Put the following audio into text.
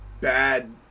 bad